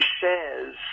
shares